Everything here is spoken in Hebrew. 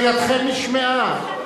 כדי, שאלתכם נשמעה.